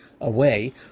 away